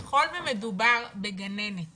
ככל ומדובר על גננת